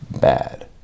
bad